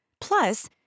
Plus